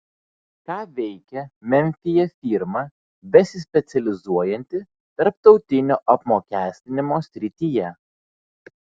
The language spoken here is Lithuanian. ką veikia memfyje firma besispecializuojanti tarptautinio apmokestinimo srityje